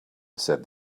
said